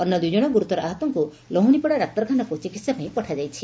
ଅନ୍ୟ ଦୁଇଜଶ ଗୁରୁତର ଆହତଙ୍ଙୁ ଲହୁଶିପଡା ଡାକ୍ତରଖାନାକୁ ଚିକିହା ପାଇଁ ପଠାଯାଇଛି